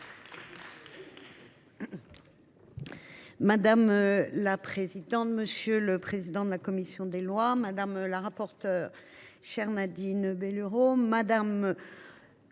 Madame la présidente, monsieur le président de la commission des lois, madame la rapporteure Nadine Bellurot, madame